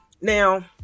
Now